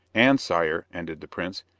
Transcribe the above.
and, sire, ended the prince,